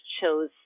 chose